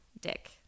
dick